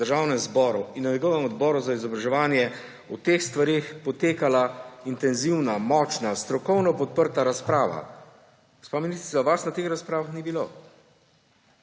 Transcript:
državnem zboru in na njegovem odboru za izobraževanje o teh stvareh potekala intenzivna, močna, strokovno podprta razprava. Gospa ministrica, vas nas teh razpravah ni bilo.